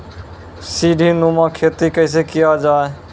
सीडीनुमा खेती कैसे किया जाय?